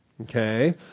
okay